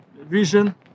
vision